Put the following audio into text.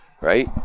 Right